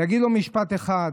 להגיד לו משפט אחד: